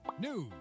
news